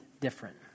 different